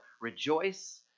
rejoice